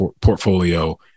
portfolio